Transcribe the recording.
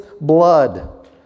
blood